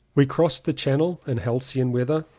we crossed the channel in halcyon weather.